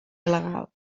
il·legal